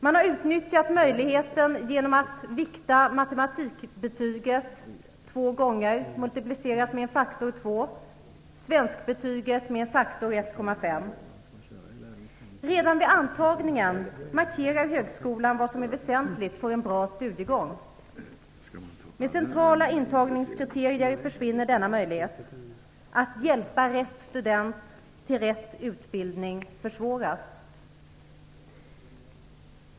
Man har utnyttjat möjligheten genom att vikta matematikbetyget två gånger - det multipliceras med faktor två och svenskbetyget med faktor 1,5. Redan vid antagningen markerar högskolan vad som är väsentligt för en bra studiegång. Med centrala intagningskriterier försvinner denna möjlighet. Att hjälpa rätt student till rätt utbildning försvåras.